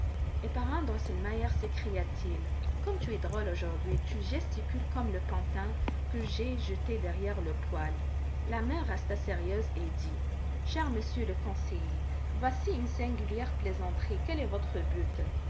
eh parrain drosselmeier s'écria-t-il comme tu es drôle aujourd'hui tu gesticules comme le pantin que j'ai jeté derrière le poêle la mère resta sérieuse et dit cher monsieur le conseiller voici une singulière plaisanterie quel est votre but